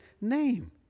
name